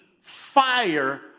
fire